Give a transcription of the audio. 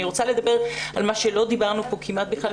אני רוצה לדבר על מה שלא דיברנו פה כמעט בכלל,